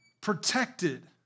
protected